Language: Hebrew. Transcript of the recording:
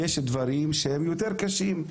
יש דברים שהם יותר קשים.